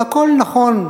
והכול נכון,